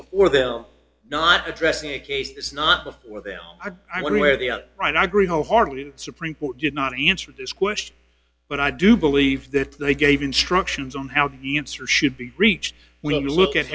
before them not addressing a case is not before them i wonder where they are right i agree wholeheartedly the supreme court did not answer this question but i do believe that if they gave instructions on how the answer should be reached when you look at